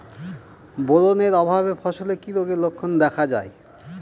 Boron এর অভাবে ফসলে কি রোগের লক্ষণ দেখা যায়?